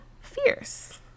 Fierce